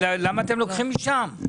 למה אתם לוקחים משם?